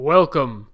Welcome